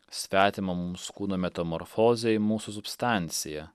svetimą mūs kūno metamorfozę į mūsų substanciją